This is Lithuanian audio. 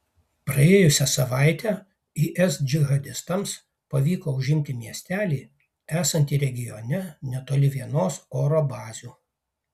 praėjusią savaitę is džihadistams pavyko užimti miestelį esantį regione netoli vienos oro bazių